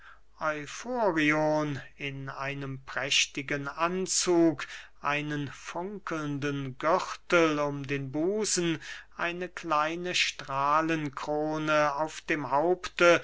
in einem prächtigen anzug einen funkelnden gürtel um den busen eine kleine strahlenkrone auf dem haupte